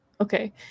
okay